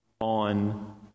on